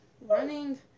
running